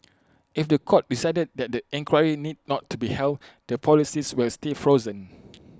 if The Court decided that the inquiry need not be held the policies will stay frozen